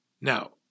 Now